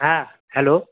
হ্যাঁ হ্যালো